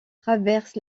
traverse